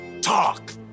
Talk